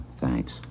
thanks